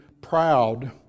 proud